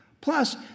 Plus